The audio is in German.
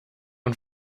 und